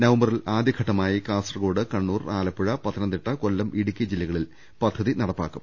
നവംബറിൽ ആദ്യ ഘട്ടമായി കാസർകോട് കണ്ണൂർ ആലപ്പുഴ പത്തനംതിട്ട കൊല്ലം ഇടുക്കി ജില്ലകളിൽ പദ്ധതി നടപ്പാക്കും